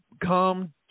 come